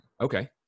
Okay